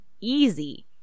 easy